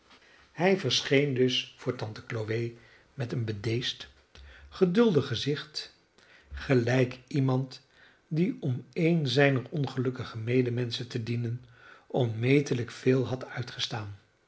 hij verscheen dus voor tante chloe met een bedeesd geduldig gezicht gelijk iemand die om een zijner ongelukkige medemenschen te dienen onmetelijk veel had uitgestaan